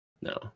No